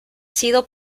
sido